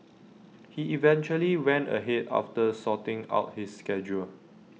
he eventually went ahead after sorting out his schedule